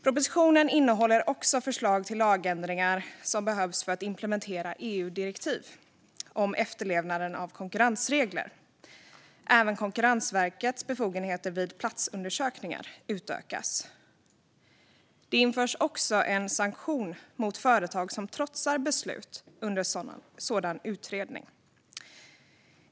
Propositionen innehåller också förslag till lagändringar som behövs för att implementera EU-direktiv om efterlevnaden av konkurrensregler. Även Konkurrensverkets befogenheter vid platsundersökningar utökas. Det införs också en sanktion mot företag som trotsar beslut under sådan utredning.